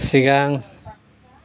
सिगां